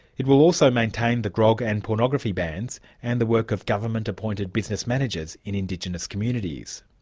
it will also maintain the grog and pornography bans and the work of government appointed business managers in indigenous communities.